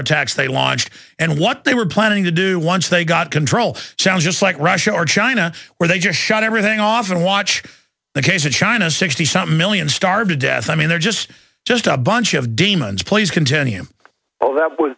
attacks they launched and what they were planning to do once they got control sounds just like russia or china where they just shut everything off and watch the case of china sixty some million starve to death i mean they're just just a bunch of demons please continue oh that w